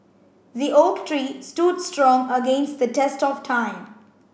the oak tree stood strong against the test of time